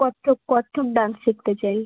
Kathak Kathak dance শিখতে চাই